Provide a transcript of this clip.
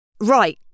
Right